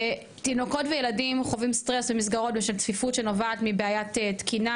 תינוקות וילדים חווים סטרס במסגרות בשל צפיפות שנובעת מבעיית תקינה,